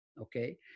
Okay